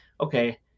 okay